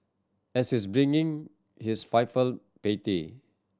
and is brimming his filial piety